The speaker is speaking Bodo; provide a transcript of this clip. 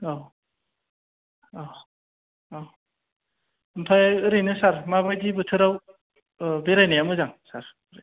औ औ ओमफाय ओरैनो सार माबायदि बोथोराव बेरायनाया मोजां सार